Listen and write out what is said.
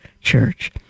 church